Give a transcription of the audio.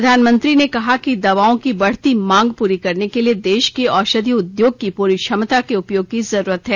प्रधानमंत्री ने कहा कि दवाओं की बढती मांग पूरी करने के लिए देश के औषधि उद्योग की पूरी क्षमता के उपयोग की जरूरत है